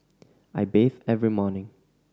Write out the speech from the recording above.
I bathe every morning